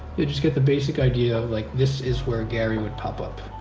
you just get the basic idea like, this is where gary will pop up,